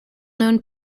known